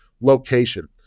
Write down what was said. location